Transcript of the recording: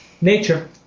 Nature